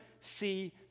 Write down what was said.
see